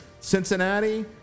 Cincinnati